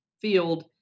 field